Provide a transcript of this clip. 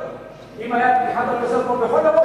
אם היתה פתיחת האוניברסיטאות כמו בכל אירופה,